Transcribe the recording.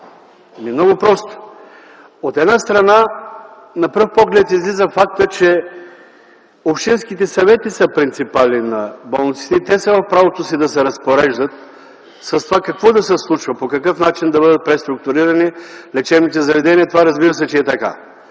Много просто - от една страна, на пръв поглед излиза фактът, че общинските съвети са принципали на болниците и те са в правото си да се разпореждат с това какво да се случва, по какъв начин да бъдат преструктурирани лечебните заведения и това, разбира се, е така,